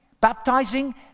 baptizing